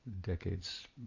decades